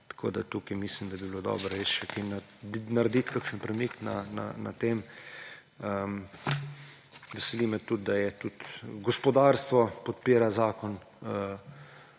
Tako mislim, da bi bilo dobro še kaj narediti, kakšen premik na tem. Veseli me tudi, da tudi gospodarstvo podpira zakon,